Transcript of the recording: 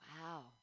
Wow